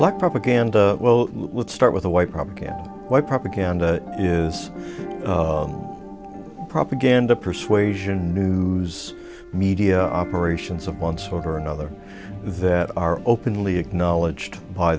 black propaganda well let's start with the white propaganda what propaganda is propaganda persuasion new media operations of one sort or another that are openly acknowledged by